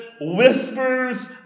whispers